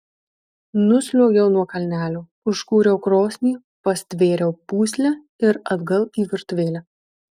nusliuogiau nuo kalnelio užkūriau krosnį pastvėriau pūslę ir atgal į virtuvėlę